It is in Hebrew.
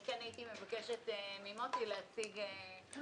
אני הייתי מבקשת ממוטי להציג את